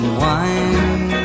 wine